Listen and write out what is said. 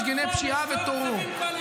שהלכו לארגוני פשיעה וטרור.